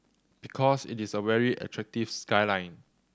because it is a very attractive skyline